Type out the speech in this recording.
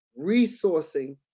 resourcing